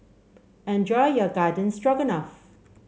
enjoy your Garden Stroganoff